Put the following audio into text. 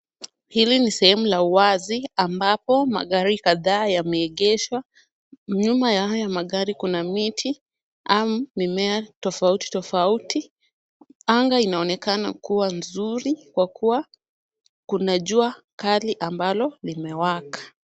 Hili ni sehemu la uwazi ambapo magari kadhaa yameegeshwa, nyuma ya haya magari kuna miti ama mimea tofauti tofauti. Anga inaonekana kuwa nzuri kwa kuwa kuna jua kali ambalo limewaka.